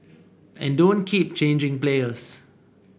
and don't keep changing players